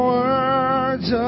words